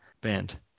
band